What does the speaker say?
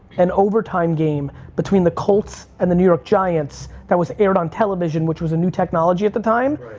an overtime game between the colts and the new york giants that was aired on television, which was a new technology at the time,